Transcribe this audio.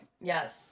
Yes